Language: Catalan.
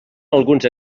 alguns